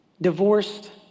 divorced